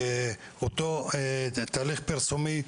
אותו תהליך פרסומי,